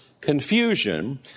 confusion